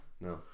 No